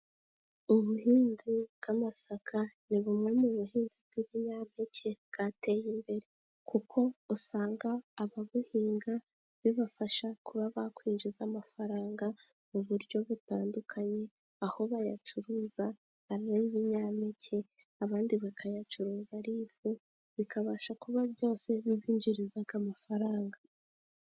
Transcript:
Ubuhinzi bw’amasaka ni bumwe mu buhinzi bw’ibinyampeke bwateye imbere, kuko usanga ababuhinga bibafasha kuba bakwinjiza amafaranga mu buryo butandukanye, aho bayacuruza ari ibinyampeke, abandi bakayacuruza ari ifu, bikabasha kuba byose bibinjiriza amafaranga.